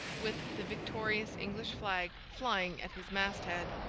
with the victorious english flag flying at his masthead.